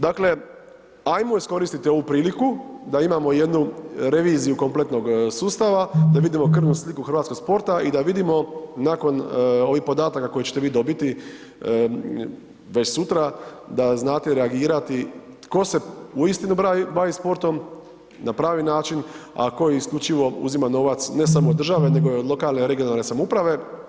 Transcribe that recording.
Dakle, hajmo iskoristiti ovu priliku da imamo jednu reviziju kompletnog sustava, da vidimo krvnu sliku hrvatskog sporta i da vidimo nakon ovih podataka koje ćete vi dobiti već sutra, da znate reagirati tko se uistinu bavi sportom, a na pravi način, a tko isključivo uzima novac, ne samo od države nego i od lokalne i regionalne samouprave.